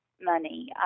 money